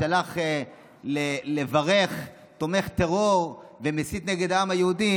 שהלך לברך תומך טרור ומסית נגד העם היהודי,